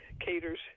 caters